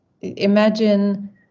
imagine